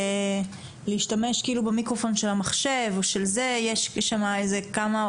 אפשר להתקשר וזה יהיה יותר טוב?